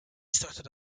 started